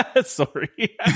sorry